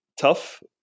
tough